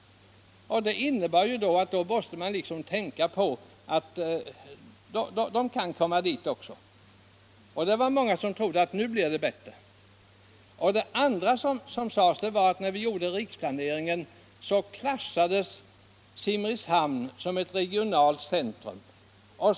Men då måste man se till att de också kunde komma till ett gymnasium, och många trodde att det nu skulle bli bättre också i Österlen. När riksplaneringen genomfördes klassades Simrishamn som regionalt centrum.